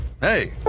Hey